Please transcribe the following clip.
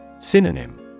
Synonym